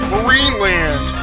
Marineland